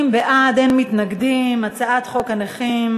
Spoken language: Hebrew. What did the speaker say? להעביר את הצעת חוק הנכים (תגמולים ושיקום)